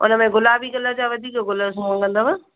उन में गुलाबी कलर जा वधीक गुल हूंदव